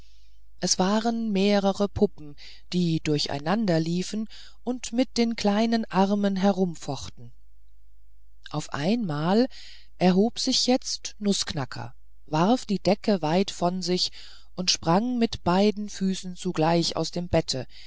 es waren mehrere puppen die durcheinander liefen und mit den kleinen armen herumfochten mit einemmal erhob sich jetzt nußknacker warf die decke weit von sich und sprang mit beiden füßen zugleich aus dem bette